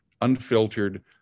unfiltered